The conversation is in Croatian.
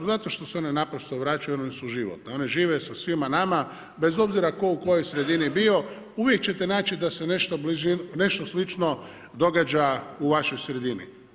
Zato što se one naprosto vraćaju, one su životne, one žive sa svima nama bez obzira tko u kojoj sredini bio, uvijek ćete naći da se nešto slično događa u vašoj sredini.